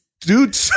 Dude